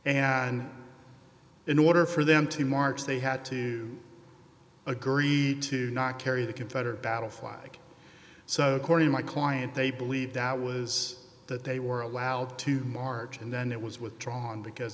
and in order for them to march they had to agree to not carry the confederate battle flag so according my client they believe that was that they were allowed to march and then it was withdrawn because